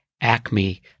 Acme